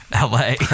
LA